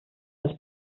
als